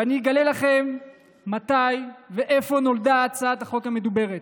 ואני אגלה לכם מתי ואיפה נולדה הצעת החוק המדוברת.